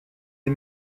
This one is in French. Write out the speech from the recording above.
des